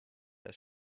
der